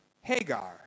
Hagar